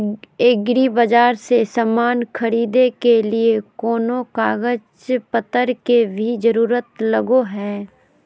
एग्रीबाजार से समान खरीदे के लिए कोनो कागज पतर के भी जरूरत लगो है?